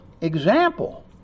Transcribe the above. example